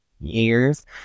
years